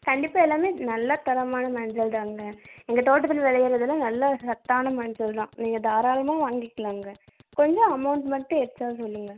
கண்டிப்பாக எல்லாமே நல்லா தரமான மஞ்சள் தாங்க எங்கள் தோட்டத்தில் விளையிறது எல்லாம் நல்லா சத்தான மஞ்சள் தான் நீங்கள் தாராளமாக வாங்கிக்கலாங்க கொஞ்சம் அமௌண்ட் மட்டும் எக்ஸ்ட்ரா சொல்லுங்க